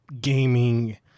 gaming